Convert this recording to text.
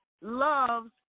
loves